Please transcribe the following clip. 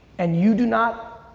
and you do not,